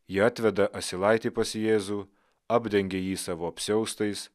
jie atveda asilaitį pas jėzų apdengia jį savo apsiaustais